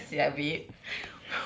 rabak [sial] babe